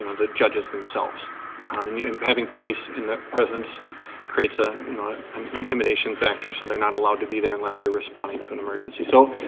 you know the judges themselves i mean and having police in the presence creates ah you know an intimidation factor so there not allowed to be there unless they're responding to an emergency. so,